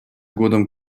годом